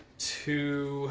to